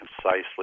concisely